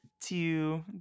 Two